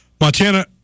Montana